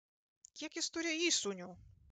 kiek jis turi įsūnių